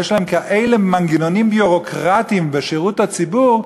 יש להם כאלה מנגנונים ביורוקרטיים בשירות הציבור,